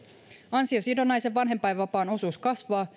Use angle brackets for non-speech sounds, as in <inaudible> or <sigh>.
ansiosidonnaisen vanhempainvapaan osuus kasvaa <unintelligible>